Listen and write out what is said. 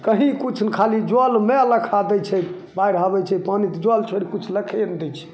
कहीँ किछु नहि खाली जलमय लखा दै छै बाढ़ि आबै छै तऽ पानी जल छोड़ि किछु लखे नहि दै छै